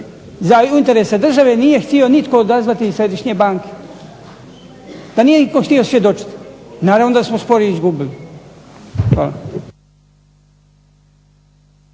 za interese države nije htio nitko odazvati iz Središnje banke, da nije nitko htio svjedočiti. Naravno da smo spor izgubili. Hvala.